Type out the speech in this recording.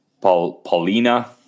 Paulina